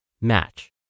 match